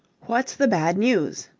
what's the bad news?